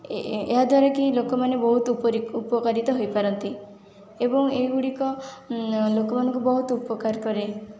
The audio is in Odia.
ଏହାଦ୍ଵାରା କି ଲୋକମାନେ ବହୁତ ଉପକାରିତ ହୋଇପାରନ୍ତି ଏବଂ ଏହିଗୁଡ଼ିକ ଲୋକମାନଙ୍କୁ ବହୁତ ଉପକାର କରିପାରେ